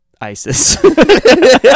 ISIS